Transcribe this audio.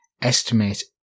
estimate